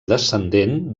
descendent